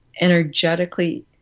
energetically